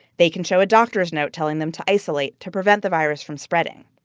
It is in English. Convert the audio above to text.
they can show a doctor's note telling them to isolate to prevent the virus from spreading.